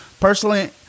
Personally